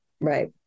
Right